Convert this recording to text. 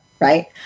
right